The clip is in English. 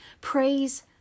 Praise